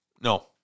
no